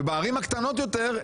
ובערים הקטנות יותר,